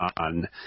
on